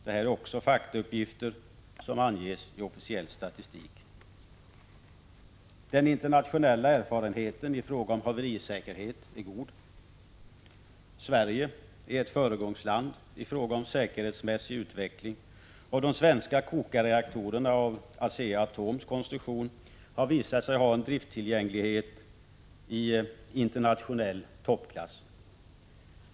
Det är också faktauppgifter som anges i officiell statistik. Den internationella erfarenheten i fråga om haverisäkerhet är god. Sverige är ett föregångsland i fråga om säkerhetsmässig utveckling, och de svenska kokarreaktorerna av ASEA-ATOM:s konstruktion har en drifttillgänglighet iinternationell toppklass.